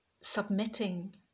submitting